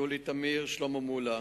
יולי תמיר ושלמה מולה